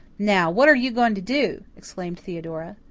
now, what are you going to do? exclaimed theodora.